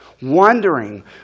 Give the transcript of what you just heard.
Wondering